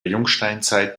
jungsteinzeit